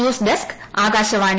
news desk Akashvani